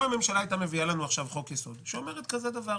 אם הממשלה הייתה מביאה לנו הצעת תיקון בחוק-יסוד שאומרת כדלקמן: